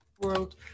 World